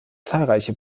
zahlreiche